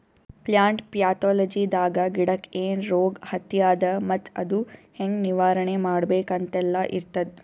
plant ಪ್ಯಾಥೊಲಜಿದಾಗ ಗಿಡಕ್ಕ್ ಏನ್ ರೋಗ್ ಹತ್ಯಾದ ಮತ್ತ್ ಅದು ಹೆಂಗ್ ನಿವಾರಣೆ ಮಾಡ್ಬೇಕ್ ಅಂತೆಲ್ಲಾ ಇರ್ತದ್